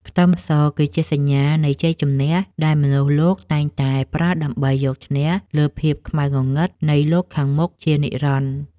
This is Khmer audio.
ខ្ទឹមសគឺជាសញ្ញានៃជ័យជំនះដែលមនុស្សលោកតែងតែប្រើដើម្បីយកឈ្នះលើភាពខ្មៅងងឹតនៃលោកខាងមុខជានិរន្តរ៍។